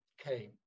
okay